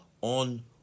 on